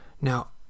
Now